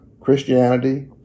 Christianity